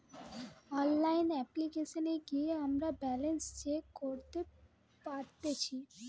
online অপ্লিকেশনে গিয়ে আমরা ব্যালান্স চেক করতে পারতেচ্ছি